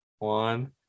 One